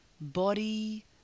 body